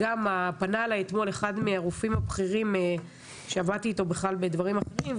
פנה אלי אתמול אחד מהרופאים הבכירים שעבדתי איתו בדברים אחרים,